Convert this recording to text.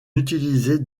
utilisait